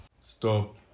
Stop